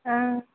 हां